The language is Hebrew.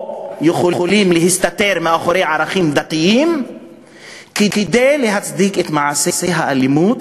או שהם יכולים להסתתר מאחורי ערכים דתיים כדי להצדיק את מעשי האלימות